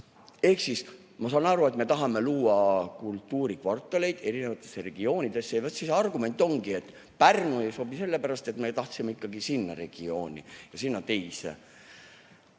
rääkida. Ma saan aru, et me tahame luua kultuurikvartaleid erinevatesse regioonidesse. Argument ongi, et Pärnu ei sobi sellepärast, et me tahtsime sinna regiooni ja sinna teise.